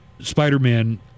Spider-Man